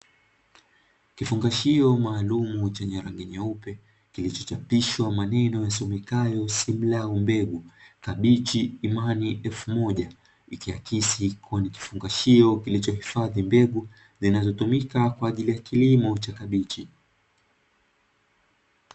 Kifungashio maalumu chenye rangi nyeupe kilichochapishwa maneno yasomekayo simlau mbegu kabichi imani elfu moja, ikiakisi kuwa ni kifungashio kilichohifadhi mbegu zinazotumika kwa ajili ya kilimo cha kabichi.